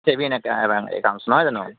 saving একাউন্টছ নহয় জানো